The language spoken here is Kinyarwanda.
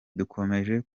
dukomeje